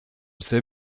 sais